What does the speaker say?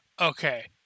Okay